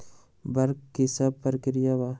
वक्र कि शव प्रकिया वा?